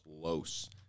close